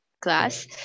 class